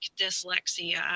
dyslexia